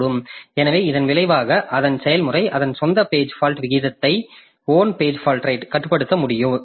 எனவே இதன் விளைவாக அதன் செயல்முறை அதன் சொந்த பேஜ் ஃபால்ட் விகிதத்தை கட்டுப்படுத்த முடியாது